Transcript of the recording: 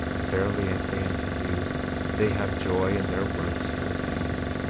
verily i say unto you they have joy in their works for a season,